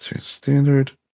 standard